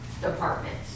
department